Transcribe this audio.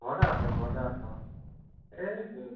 ঘৰতে আছোঁ ঘৰতে আছোঁ এই